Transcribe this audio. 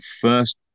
first